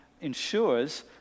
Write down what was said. ensures